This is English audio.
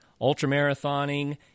ultramarathoning